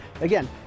Again